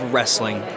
Wrestling